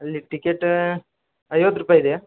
ಅಲ್ಲಿ ಟಿಕೆಟ್ ಐವತ್ತು ರೂಪಾಯಿ ಇದೆಯಾ